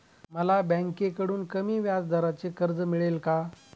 मला बँकेकडून कमी व्याजदराचे कर्ज मिळेल का?